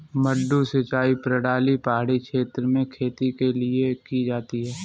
मडडू सिंचाई प्रणाली पहाड़ी क्षेत्र में खेती के लिए की जाती है